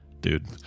Dude